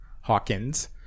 Hawkins